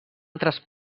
altres